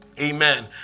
amen